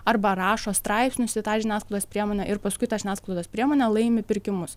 arba rašo straipsnius į tą žiniasklaidos priemonę ir paskui ta žiniasklaidos priemonė laimi pirkimus